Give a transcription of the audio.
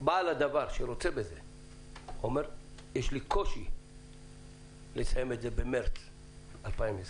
בעל הדבר שרוצה בזה אומר: יש לי קושי לסיים במרץ 2021,